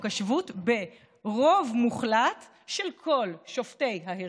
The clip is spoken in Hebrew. השבות ברוב מוחלט של כל שופטי ההרכב,